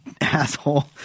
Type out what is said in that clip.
asshole